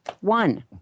One